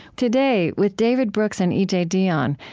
today, with david brooks and e j. dionne,